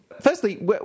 Firstly